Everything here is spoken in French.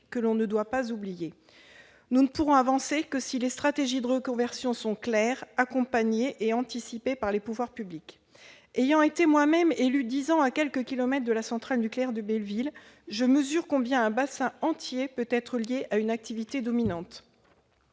que l'on ne doit pas oublier. Nous ne pourrons avancer que si les stratégies de reconversion sont claires, accompagnées et anticipées par les pouvoirs publics. Ayant été moi-même élue dix ans à quelques kilomètres de la centrale nucléaire de Belleville-sur-Loire, je mesure combien un bassin entier peut être lié à une activité dominante.